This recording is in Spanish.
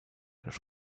los